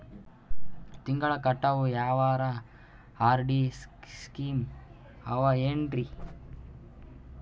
ತಿಂಗಳ ಕಟ್ಟವು ಯಾವರ ಆರ್.ಡಿ ಸ್ಕೀಮ ಆವ ಏನ್ರಿ?